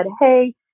hey